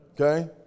Okay